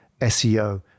SEO